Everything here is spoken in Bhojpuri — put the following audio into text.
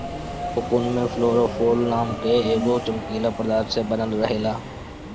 कोकून में फ्लोरोफोर नाम के एगो चमकीला पदार्थ से बनल रहेला